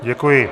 Děkuji.